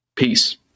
Peace